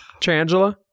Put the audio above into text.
Changela